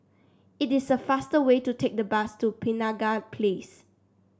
it is a fast way to take the bus to Penaga Place